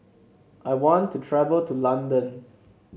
I want to travel to London